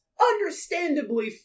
understandably